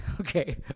Okay